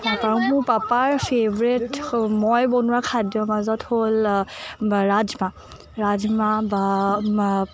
মোৰ পাপাৰ ফেভৰেট হ মই বনোৱা খাদ্যৰ মাজত হ'ল ৰাজমা ৰাজমা বা